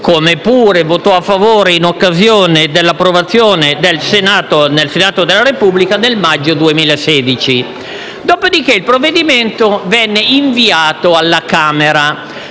come pure votò a favore in occasione dell'approvazione nel Senato della Repubblica nel maggio 2016. Successivamente il provvedimento fu inviato alla Camera,